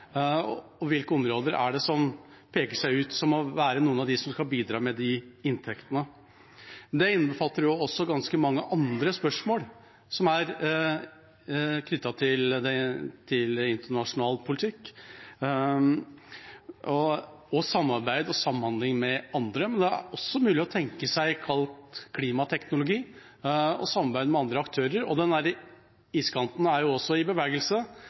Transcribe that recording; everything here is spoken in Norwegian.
hvilke områder som peker seg ut som kan bidra med de inntektene. Dette innbefatter ganske mange andre spørsmål som er knyttet til internasjonal politikk og samarbeid og samhandling med andre. Det er også mulig å tenke seg klimateknologi og samarbeid med andre aktører. Iskanten er i bevegelse, og i områdene i nord åpner mer og mer is seg – hvilke muligheter gir det? En viktig del av å holde igjen er også